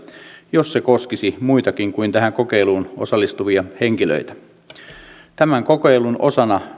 jos se koskisi muitakin kuin tähän kokeiluun osallistuvia henkilöitä näen hyvänä mikäli tämän kokeilun osana